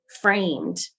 framed